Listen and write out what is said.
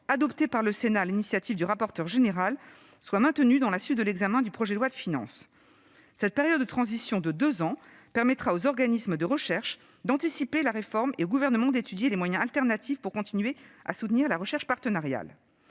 adopté par le Sénat sur l'initiative du rapporteur général, soit maintenu dans la suite de l'examen du projet de loi de finances. Cette période de transition de deux ans permettra aux organismes de recherche d'anticiper la réforme et au Gouvernement d'étudier les moyens alternatifs pour continuer à soutenir la recherche partenariale.